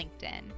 LinkedIn